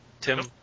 Tim